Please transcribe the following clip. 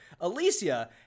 Alicia